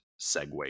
segue